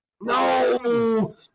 No